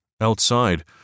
Outside